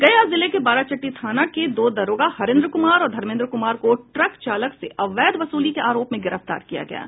गया जिले के बाराचट्टी थाना के दो दारोगा हरेन्द्र कुमार और धर्मेन्द्र कुमार को ट्रक चालक से अवैध वसूली के आरोप में गिरफ्तार किया गया है